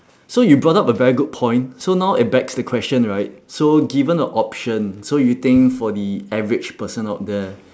so you brought up a very good point so now it begs the question right so given a option so you think for the average person out there